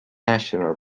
national